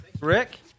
Rick